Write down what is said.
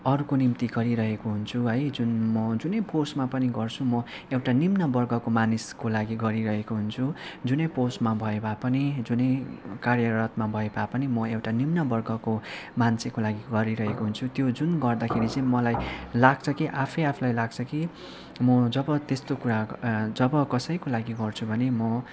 अरूको निम्ति गरिरहेको हुन्छु है जुन म जुनै पोस्टमा पनि गर्छु म एउटा निम्न वर्गको मानिसको लागि गरिरहेको हुन्छु जुनै पोस्टमा भए भा पनि जुनै कार्यरतमा भए भए पनि म एउटा निम्न वर्गको मान्छेको लागि गरिरहेको हुन्छु त्यो जुन गर्दाखेरि चाहिँ मलाई लाग्छ कि आफै आफुलाई लाग्छ कि म जब त्यस्तो कुरा जब कसैको लागि गर्छु भने म